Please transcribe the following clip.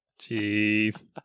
Jeez